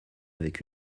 avec